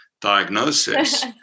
diagnosis